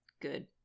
good